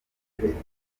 perezida